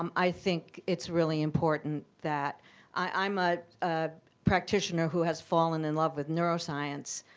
um i think it's really important that i'm a practitioner who has fallen in love with neuroscience.